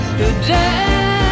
today